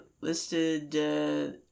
listed